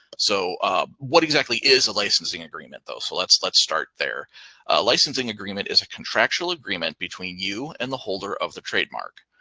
so ah what exactly is a licensing agreement? so let's let's start there. a licensing agreement is a contractual agreement between you and the holder of the trademark.